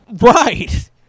right